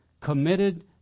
committed